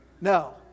No